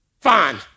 Fine